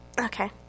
Okay